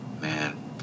man